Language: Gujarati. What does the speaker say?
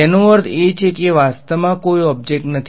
તેનો અર્થ એ છે કે વાસ્તવમાં કોઈ ઓબ્જેક્ટ નથી